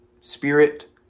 Spirit